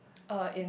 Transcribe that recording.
uh in